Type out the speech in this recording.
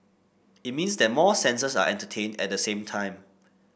it means that more senses are entertained at the same time